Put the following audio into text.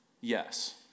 yes